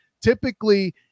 typically